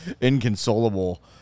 inconsolable